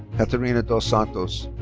katarina dos santos.